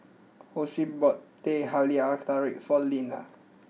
Hosea bought Teh Halia Tarik for Leanna